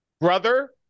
brother